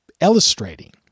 illustrating